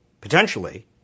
potentially